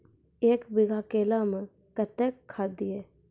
एक बीघा केला मैं कत्तेक खाद दिये?